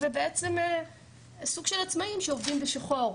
והם סוג של עצמאיים שעובדים בשחור.